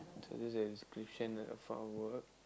told you that he is christian and a follower